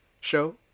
show